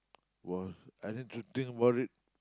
!wow! I need to think about it